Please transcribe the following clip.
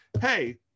Hey